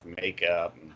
makeup